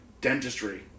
dentistry